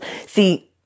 see